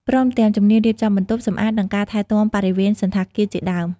ព្រមទាំងជំនាញរៀបចំបន្ទប់ សម្អាត និងការថែទាំបរិវេណសណ្ឋាគារជាដើម។